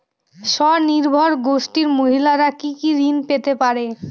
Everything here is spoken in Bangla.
স্বনির্ভর গোষ্ঠীর মহিলারা কি কি ঋণ পেতে পারে?